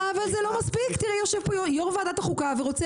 אבל זה לא מספיק כי יושב פה יו"ר ועדת החוקה ורוצה